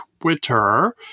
Twitter